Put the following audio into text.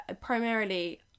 primarily